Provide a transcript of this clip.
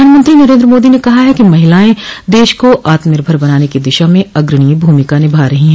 प्रधानमंत्री नरेन्द्र मोदी ने कहा है कि महिलाएं देश को आत्मनिर्भर बनाने की दिशा में अग्रणी भूमिका निभा रही हैं